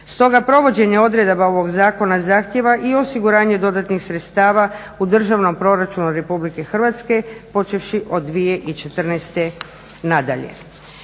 Stoga provođenje odredaba ovog zakona zahtijeva i osiguranje dodatnih sredstava u državnom proračunu Republike Hrvatske počevši od 2014. na dalje.